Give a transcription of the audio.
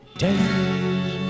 days